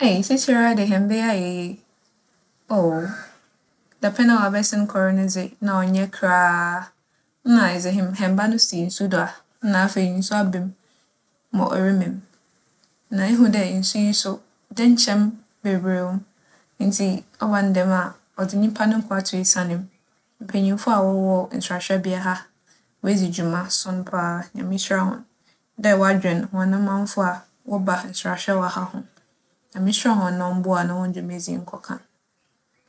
Ei, seseiara de hɛmba yi ayɛ yie. Oh, dapɛn a ͻabɛsen kͻ no dze nna ͻnnyɛ koraa. Nna edze hɛ - hɛmba no si nsu do a nna afei nsu aba mu ma ͻremem. Na ihu dɛ nsu yi so dɛnkyɛm beberee wͻ mu, ntsi ͻba no dɛm a ͻdze nyimpa no nkwa to esian mu. Mpanyimfo a wͻwͻ nserahwɛbea ha, woedzi dwumason paa. Nyame nhyira hͻn dɛ wͻadwen hͻn mamfo a wͻba nserahwɛ wͻ ha ho. Nyame nhyira na ͻmboa ma hͻn dwumadzi yi nkͻ kan.